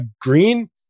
Green